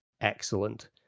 Excellent